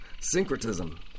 Syncretism